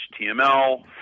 HTML